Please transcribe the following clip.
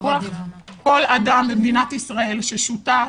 כל אדם במדינת ישראל ששותף,